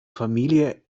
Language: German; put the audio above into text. familie